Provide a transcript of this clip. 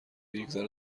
یکذره